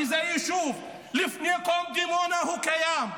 שזה יישוב שלפני כל דימונה הוא קיים,